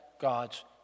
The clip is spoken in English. God's